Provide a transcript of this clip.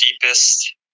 deepest